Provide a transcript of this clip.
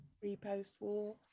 pre-post-war